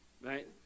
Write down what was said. right